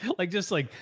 yeah like just like,